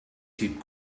keep